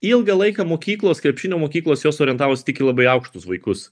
ilgą laiką mokyklos krepšinio mokyklos jos orientavos tik į labai aukštus vaikus